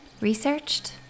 researched